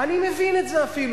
אני מבין את זה אפילו,